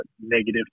negative